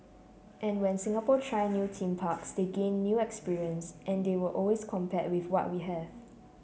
and when Singapore try new theme parks they gain new experience and they always compare with what we have